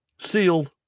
sealed